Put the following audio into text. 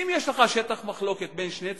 אם יש לך שטח מחלוקת בין שני צדדים,